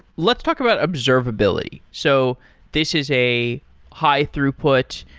let's talk about observability. so this is a high-throughput,